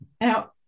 Now